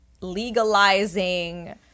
legalizing